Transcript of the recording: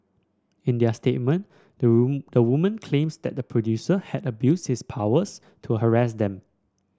in their statement the the women claims that the producer had abused his powers to harass them